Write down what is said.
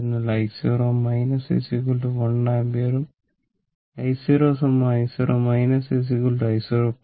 അതിനാൽ i0 1 ആമ്പിയറും i0 i0 i0 1 ആമ്പിയറും